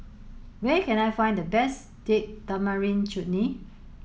where can I find the best Date Tamarind Chutney